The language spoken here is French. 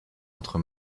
entre